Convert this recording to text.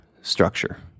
structure